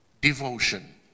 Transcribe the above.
devotion